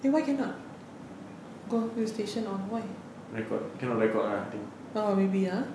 eh why cannot confuse station on why oh maybe ah